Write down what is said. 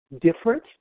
different